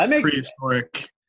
prehistoric